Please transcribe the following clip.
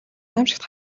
аймшигт